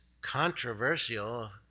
controversial